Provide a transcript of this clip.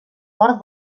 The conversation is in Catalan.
cor